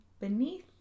beneath